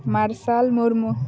ᱢᱟᱨᱥᱟᱞ ᱢᱩᱨᱢᱩ